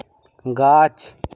গাছ